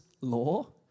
law